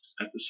episode